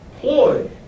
ploy